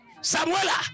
Samuela